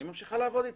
היא ממשיכה לעבוד איתה,